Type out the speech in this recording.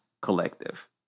collective